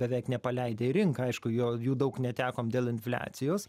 beveik nepaleidę į rinką aišku jo jų daug netekom dėl infliacijos